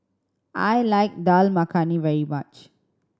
I like Dal Makhani very much